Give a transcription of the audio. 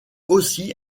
aussi